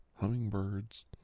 hummingbirds